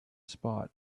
spot